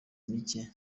mike